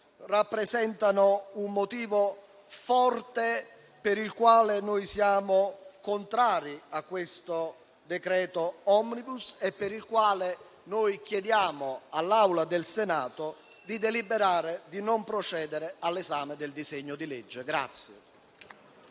rappresentano un motivo forte per il quale siamo contrari a questo decreto *omnibus* e per il quale chiediamo all'Assemblea del Senato di deliberare di non procedere all'esame del disegno di legge.